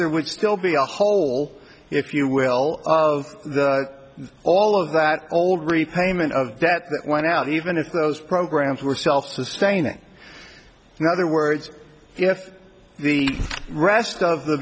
there would still be a hole if you will of all of that old repayment of debt that went out even if those programs were self sustaining in other words if the rest of the